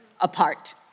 apart